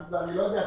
אני לא יודע לכמה,